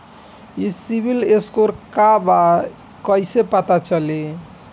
ई CIBIL score का बा कइसे पता चली?